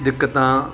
दिक़तु